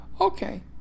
Okay